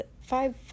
five